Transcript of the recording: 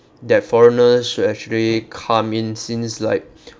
that foreigners should actually come in since like